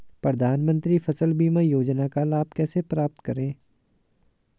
प्रधानमंत्री फसल बीमा योजना का लाभ कैसे प्राप्त करें?